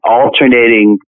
alternating